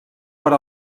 per